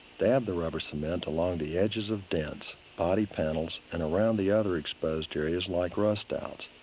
dab the rubber cement along the edges of dents, body panels, and around the other exposed areas like rust outs.